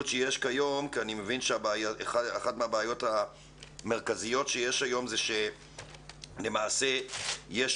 שיש כיום כי אני מבין שאחת הבעיות המרכזיות היום היא שלמעשה יש